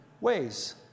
ways